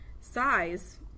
size